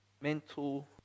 mental